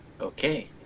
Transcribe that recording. okay